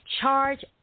charge